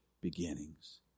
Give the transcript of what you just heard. beginnings